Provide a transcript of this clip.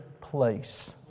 place